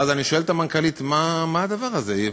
ואז אני שואל את המנכ"לית: מה הדבר הזה?